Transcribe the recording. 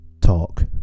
talk